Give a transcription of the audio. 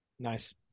Nice